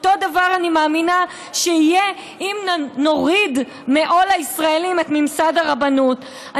אותו דבר אני מאמינה שיהיה אם נוריד את עול ממסד הרבנות מהישראלים.